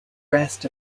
rest